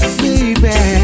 baby